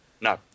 No